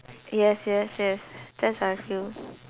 yes yes yes that's what I feel